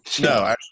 No